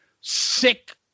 Sick